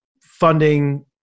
funding